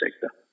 sector